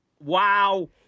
Wow